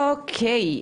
אוקי,